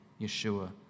Yeshua